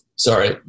Sorry